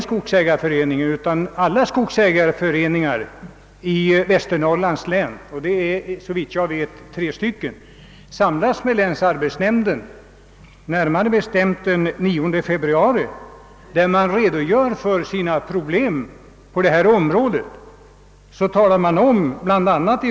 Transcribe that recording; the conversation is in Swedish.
Samtliga skogsägareföreningar i Västernorrlands län, såvitt jag vet tre stycken, redogjorde den 9 februari för sina problem inför länsarbetsnämnden, och då sade man bla.